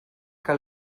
que